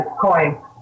coin